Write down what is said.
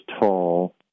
tall